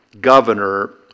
governor